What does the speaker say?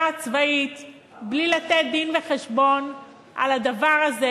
הצבאית בלי לתת דין-וחשבון על הדבר הזה,